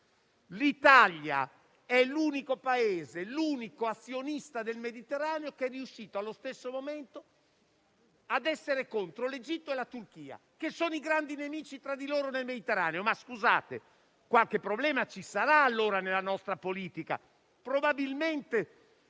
L'Italia è l'unico Paese e l'unico azionista del Mediterraneo che è riuscito, allo stesso momento, a essere contro l'Egitto e contro la Turchia, che sono grandi nemici tra di loro nel Mediterraneo. Scusate, ma allora qualche problema ci sarà nella nostra politica. Probabilmente